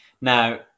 Now